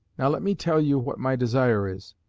now let me tell you what my desire is.